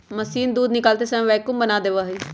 machine दूध निकालते समय वैक्यूम बना देवा हई